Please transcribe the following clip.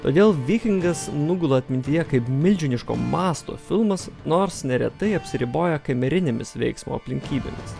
todėl vikingas nugula atmintyje kaip milžiniško masto filmas nors neretai apsiriboja kamerinėmis veiksmo aplinkybėmis